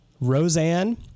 Roseanne